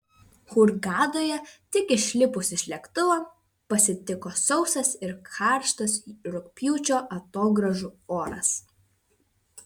hurgadoje tik išlipus iš lėktuvo pasitiko sausas ir karštas rugpjūčio atogrąžų oras